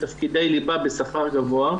בתפקידי ליבה בשכר גבוה.